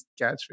catchphrase